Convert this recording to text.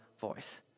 voice